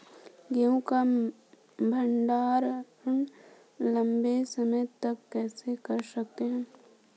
गेहूँ का भण्डारण लंबे समय तक कैसे कर सकते हैं?